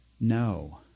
no